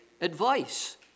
advice